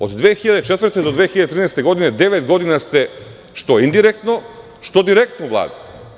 Od 2004. do 2013. godine, devet godina ste što indirektno, što direktno u Vladi.